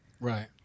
Right